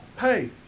Hey